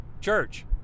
Church